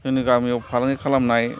जोंनि गामियाव फालांगि खालामनाय